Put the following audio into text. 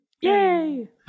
Yay